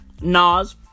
Nas